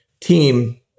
team